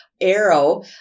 arrow